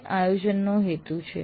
તે આયોજનનો હેતુ છે